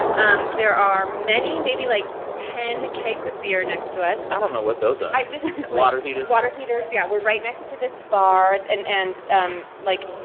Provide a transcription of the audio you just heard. and there are many maybe, like, ten kegs of beer next to us i don't know what those are this is. water heaters? water heaters. yeah. we're right next to this bar. and, and um like,